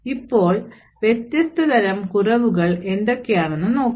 ഇപ്പോൾ വ്യത്യസ്ത തരം കുറവുകൾ എന്തൊക്കെയാണെന്ന് നോക്കാം